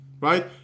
Right